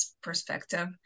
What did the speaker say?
perspective